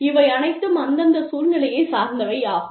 இவை அனைத்தும் அந்தந்த சூழ்நிலையைச் சார்ந்தவை ஆகும்